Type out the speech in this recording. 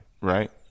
right